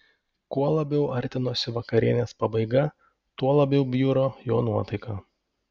kuo labiau artinosi vakarienės pabaiga tuo labiau bjuro jo nuotaika